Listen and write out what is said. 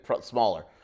smaller